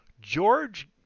George